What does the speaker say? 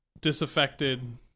disaffected